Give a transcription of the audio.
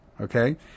okay